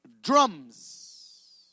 drums